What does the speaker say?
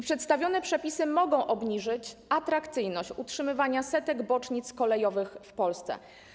Przedstawione przepisy mogą obniżyć atrakcyjność utrzymywania setek bocznic kolejowych w Polsce.